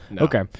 okay